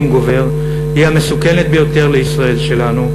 גובר היא המסוכנת ביותר לישראל שלנו,